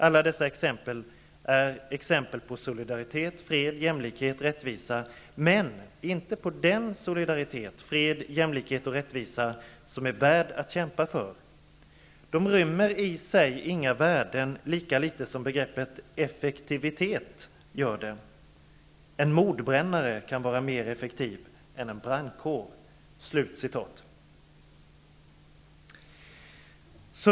Alla dessa exempel är exempel på solidaritet, fred, jämlikhet, rättvisa, men inte på den solidaritet, fred, jämlikhet eller rättvisa som är värd att kämpa för. De rymmer i sig inga värden, lika lite som begreppet effektivitet gör det. En mordbrännare kan vara mer effektiv än en brandkår. ''